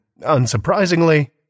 unsurprisingly